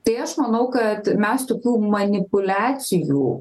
tai aš manau kad mes tokių manipuliacijų